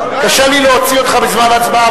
קשה לי להוציא אותך בזמן הצבעה,